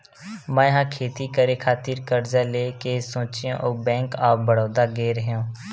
मै ह खेती करे खातिर करजा लेय के सोचेंव अउ बेंक ऑफ बड़ौदा गेव रेहेव